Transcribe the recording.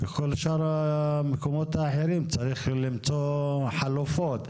וכל שאר המקומות האחרים צריך למצוא חלופות.